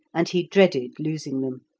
and he dreaded losing them.